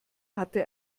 hatte